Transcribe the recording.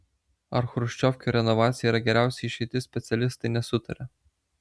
ar chruščiovkių renovacija yra geriausia išeitis specialistai nesutaria